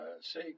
say